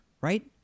right